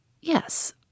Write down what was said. Yes